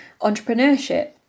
entrepreneurship